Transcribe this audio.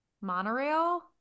Monorail